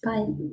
Bye